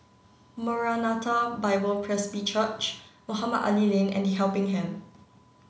Maranatha Bible Presby Church Mohamed Ali Lane and The Helping Hand